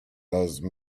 those